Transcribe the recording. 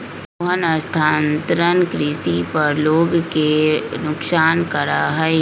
रोहन स्थानांतरण कृषि पर लोग के नुकसान करा हई